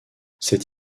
cette